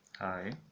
Hi